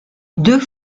deux